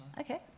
Okay